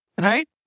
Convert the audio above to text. Right